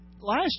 last